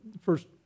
first